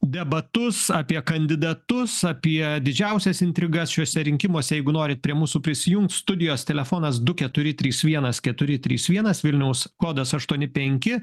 debatus apie kandidatus apie didžiausias intrigas šiuose rinkimuose jeigu norit prie mūsų prisijungt studijos telefonas du keturi trys vienas keturi trys vienas vilniaus kodas aštuoni penki